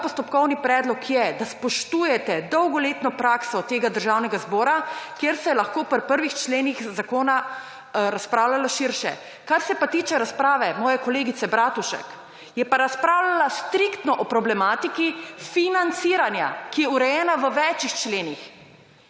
Moj postopkovni predlog je, da spoštujete dolgoletno prakso Državnega zbora, kjer se lahko pri prvih členih zakona razpravlja širše. Kar se pa tiče razprave moje kolegice Bratušek, je pa razpravljala striktno o problematiki financiranja, ki je urejena v več členih